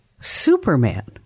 Superman